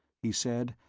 he said,